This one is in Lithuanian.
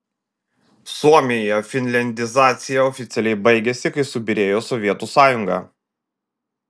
suomijoje finliandizacija oficialiai baigėsi kai subyrėjo sovietų sąjunga